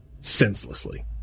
senselessly